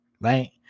right